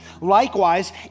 Likewise